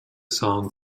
song